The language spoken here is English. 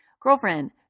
Girlfriend